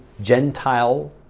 Gentile